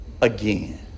again